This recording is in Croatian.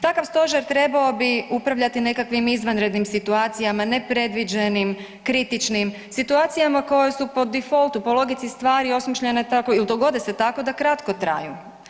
Takav stožer trebao bi upravljati nekakvim izvanrednim situacijama, nepredviđenim, kritičnim, situacijama koje su po difoltu, po logici stvari osmišljene tako ili dogode se tako da kratko traju.